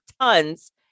tons